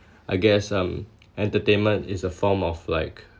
I guess um entertainment is a form of like